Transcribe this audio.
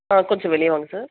ஆ கொஞ்சம் வெளியே வாங்க சார்